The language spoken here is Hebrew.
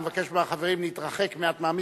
אני מבקש מהחברים להתרחק מעט מהמיקרופון,